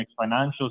financial